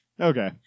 Okay